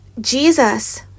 Jesus